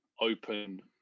open